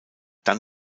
dann